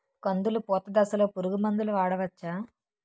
కందులు పూత దశలో పురుగు మందులు వాడవచ్చా?